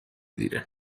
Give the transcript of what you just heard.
دیره